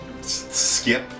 skip